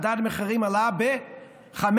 מדד המחירים עלה ב-5.4%.